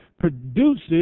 produces